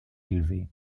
élevé